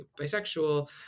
Bisexual